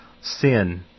sin